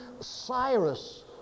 Cyrus